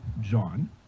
John